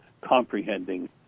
comprehending